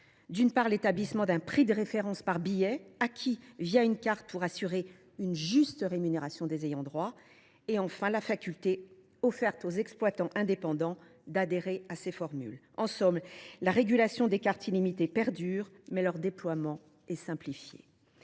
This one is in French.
d’une part, de l’établissement d’un prix de référence par billet acquis une carte pour assurer une juste rémunération des ayants droit ; d’autre part, de la faculté offerte aux exploitants indépendants d’adhérer à ces formules. En somme, la régulation des cartes illimitées perdure, mais leur déploiement est simplifié.